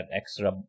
extra